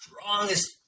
strongest